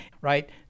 right